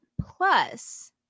plus